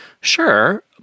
Sure